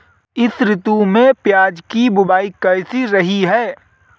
इस ऋतु में प्याज की बुआई कैसी रही है?